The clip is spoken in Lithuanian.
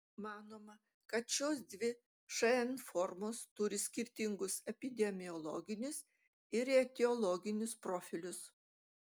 manoma kad šios dvi šn formos turi skirtingus epidemiologinius ir etiologinius profilius